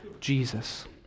Jesus